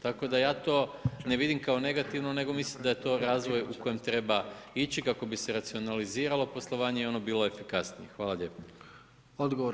Tako da ja to ne vidim kao negativno nego mislim da je to razvoj u kojem treba ići kako bi se racionaliziralo poslovanje i ono bilo efikasnije.